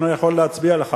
אני אפילו יכול להצביע לך,